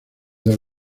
del